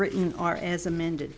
written are as amended